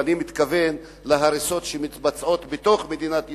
ואני מתכוון להריסות שמתבצעות בתוך מדינת ישראל,